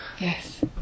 Yes